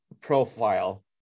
profile